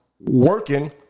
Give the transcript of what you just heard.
Working